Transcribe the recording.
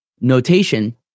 notation